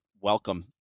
welcome